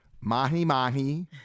Mahi-mahi